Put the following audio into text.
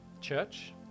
Church